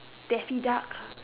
Daffy duck